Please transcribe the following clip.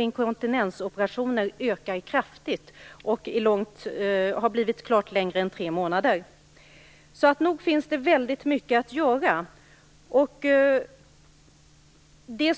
inkontinensoperationer, ökar kraftigt och har blivit klart längre än tre månader. Nog finns det väldigt mycket att göra.